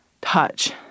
touch